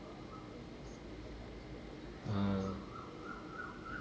ah